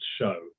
show